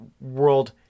world